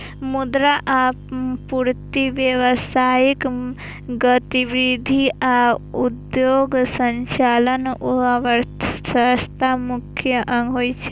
मुद्रा आपूर्ति, व्यावसायिक गतिविधि आ उद्योगक संचालन अर्थव्यवस्थाक प्रमुख अंग होइ छै